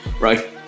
right